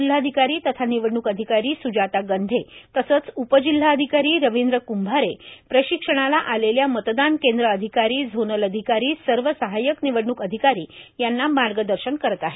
जिल्हाधिकारी तथा निवडणूक अधिकारी सूजाता गंधे तसेच उप जिल्हाधिकारी रविंद्र क्भारे हे प्रशिक्षणाला आलेले मतदान केंद्र अधिकारी झोनल अधिकारी सर्व सहाय्यक निवडण्क अधिकारी यांना मागर्दर्शन करीत आहेत